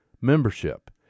membership